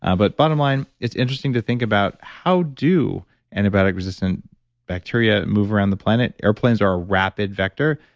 um but, bottom line, it's interesting to think about how do antibiotic resistant bacteria move around the planet? airplanes are a rapid vector,